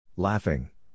Laughing